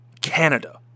Canada